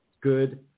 good